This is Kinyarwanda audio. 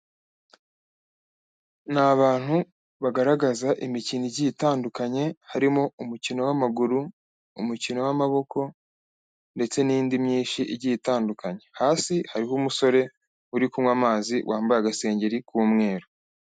Ni abantu bagaragaza imikino igiye itandukanye. Harimo umukino w'amaguru, umukino w'amaboko ndetse n'indi myinshi igiye itandukanye. Hasi hariho umusore uri kunywa amazi wambaye agasenge k'umweru.